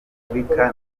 afurika